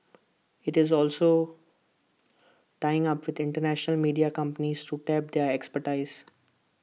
IT is also tying up with International media companies to tap their expertise